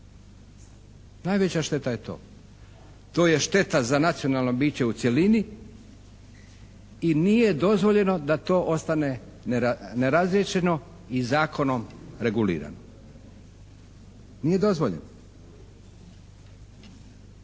Najveća šteta je to. To je šteta za nacionalno biće u cjelini i nije dozvoljeno da to ostane nerazriješeno i zakonom regulirano. Nije dozvoljeno.